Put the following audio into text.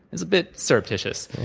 it's a bit suspicious. yeah.